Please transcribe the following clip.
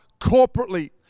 corporately